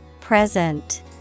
Present